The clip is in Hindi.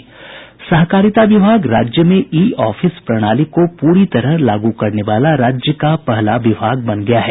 सहकारिता विभाग राज्य में ई ऑफिस प्रणाली को पूरी तरह लागू करने वाला राज्य का पहला विभाग बन गया है